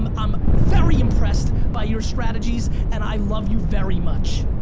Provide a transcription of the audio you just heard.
um i'm very impressed by your strategies and i love you very much.